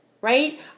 right